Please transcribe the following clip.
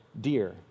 dear